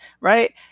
right